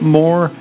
more